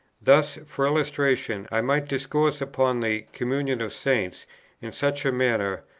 thus, for illustration, i might discourse upon the communion of saints in such a manner,